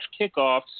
kickoffs